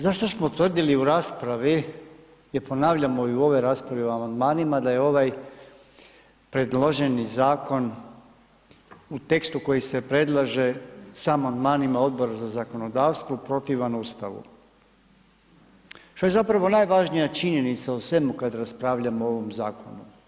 Zašto smo tvrdili u raspravi i ponavljamo i u ovoj raspravi o amandmanima da je ovaj predloženi zakon u tekstu koji se predlaže sa amandmanima Odbora za zakonodavstvo protivan Ustavu što je zapravo najvažnija činjenica u svemu kada raspravljamo o ovom zakonu.